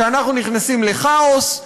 שאנחנו נכנסים לכאוס.